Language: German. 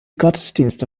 gottesdienste